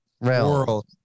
world